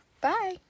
bye